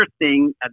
interesting